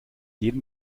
jedem